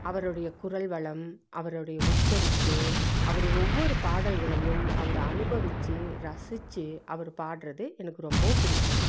அவருடைய குரல் வளம் அவருடைய உச்சரிப்பு அவர் ஒவ்வொரு பாடல்களையும் அவர் அனுபவிச்சு ரசிச்சு அவர் பாடுறது எனக்கு ரொம்பவும் பிடிக்கும்